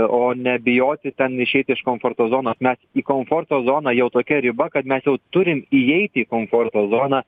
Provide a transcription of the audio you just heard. o nebijoti ten išeiti iš komforto zonos mes į komforto zoną jau tokia riba kad mes jau turim įeiti į komforto zoną